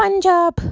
Punjab